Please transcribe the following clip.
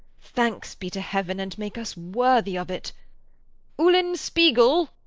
thanks be to heaven, and make us worthy of it ulen spiegel!